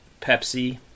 Pepsi